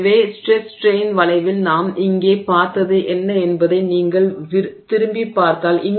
எனவே stress strain வளைவில் நாம் இங்கே பார்த்தது என்ன என்பதை நீங்கள் திரும்பிப் பார்த்தால்